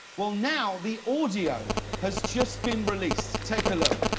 well now the audio has just been released. take a look.